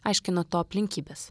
aiškino to aplinkybes